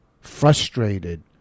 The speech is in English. frustrated